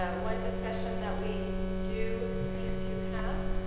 ah one discussion that we do need to have